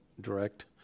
direct